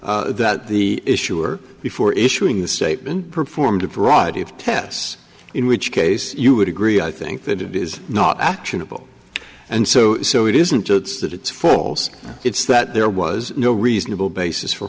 true that the issuer before issuing the statement performed a variety of tests in which case you would agree i think that it is not actionable and so so it isn't it's that it's false it's that there was no reasonable basis for